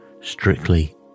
strictly